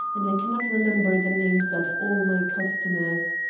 and i cannot remember the names of all my customers.